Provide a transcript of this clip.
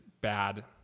bad